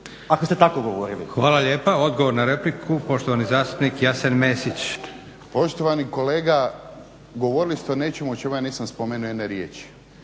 Josip (SDP)** Hvala lijepa. Odgovor na repliku poštovani zastupnik Jasen Mesić. **Mesić, Jasen (HDZ)** Poštovani kolega govorili ste o nečemu o čemu ja nisam spomenuo jedne riječi.